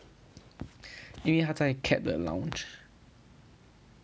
因为他在 CAPT 的 lounge